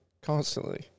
constantly